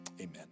Amen